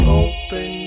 open